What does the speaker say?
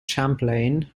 champlain